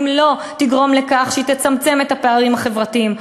ואם היא לא תגרום לצמצום הפערים החברתיים,